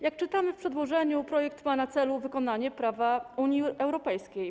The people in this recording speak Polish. Jak czytamy w przedłożeniu, projekt ma na celu wykonanie prawa Unii Europejskiej.